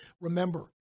remember